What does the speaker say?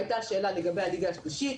והייתה שאלה לגבי הליגה השלישית,